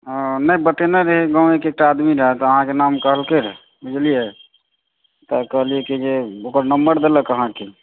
अच्छा अच्छा